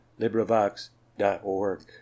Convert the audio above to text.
LibriVox.org